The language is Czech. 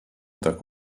tak